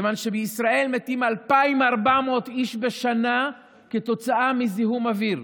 כיוון שבישראל מתים 2,400 איש בשנה כתוצאה מזיהום אוויר,